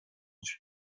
suis